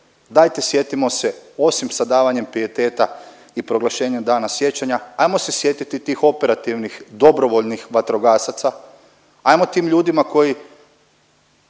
Dajte sjetimo se osim sa davanjem pijeteta i proglašenjem dana sjećanja, ajmo se sjetiti tih operativnih dobrovoljnih vatrogasaca, ajmo tim ljudima koji